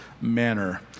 manner